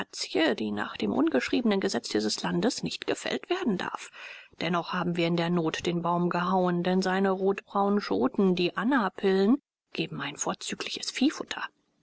die nach dem ungeschriebenen gesetz dieses landes nicht gefällt werden darf dennoch haben wir in der not den baum gehauen denn seine rotbraunen schoten die anapillen geben ein vorzügliches viehfutter